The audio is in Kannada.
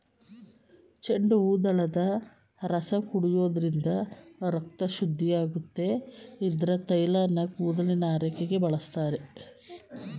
ಚೆಂಡುಹೂದಳದ ರಸ ಕುಡಿಸೋದ್ರಿಂದ ರಕ್ತ ಶುದ್ಧಿಯಾಗುತ್ತೆ ಇದ್ರ ತೈಲನ ಕೂದಲಿನ ಆರೈಕೆಗೆ ಬಳಸ್ತಾರೆ